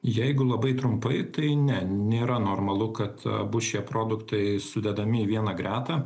jeigu labai trumpai tai ne nėra normalu kad abu šie produktai sudedami į vieną gretą